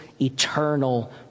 eternal